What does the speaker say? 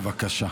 בבקשה.